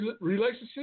relationship